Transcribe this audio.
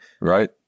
Right